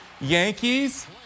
Yankees